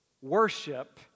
Worship